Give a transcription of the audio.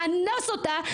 לאנוס אותה,